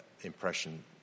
impression